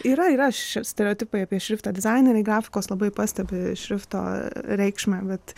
yra yra šie stereotipai apie šriftą dizaineriai grafikos labai pastebi šrifto reikšmę bet